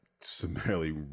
summarily